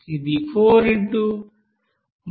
ఇది 4x 26